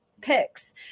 picks